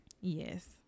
yes